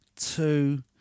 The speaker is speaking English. two